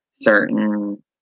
certain